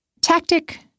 Tactic